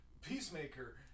peacemaker